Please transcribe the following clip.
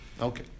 Okay